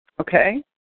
okay